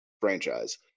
franchise